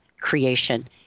creation